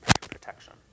protection